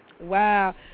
Wow